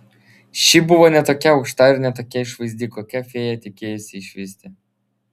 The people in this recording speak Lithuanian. ši buvo ne tokia aukšta ir ne tokia išvaizdi kokią fėja tikėjosi išvysti